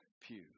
pew